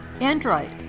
Android